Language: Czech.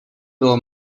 bylo